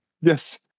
Yes